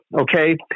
okay